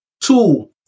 Two